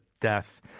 death